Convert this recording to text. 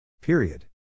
Period